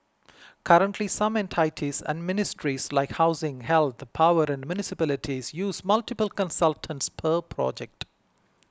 currently some entities and ministries like housing health power and municipalities use multiple consultants per project